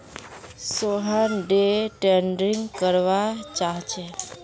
Sohan day trading करवा चाह्चे